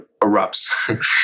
erupts